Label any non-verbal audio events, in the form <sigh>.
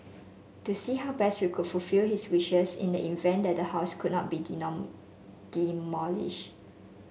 to see how best we could fulfil his wishes in the event that the house could not be <unintelligible> demolished